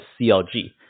CLG